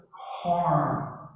harm